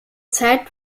zeit